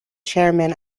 chairman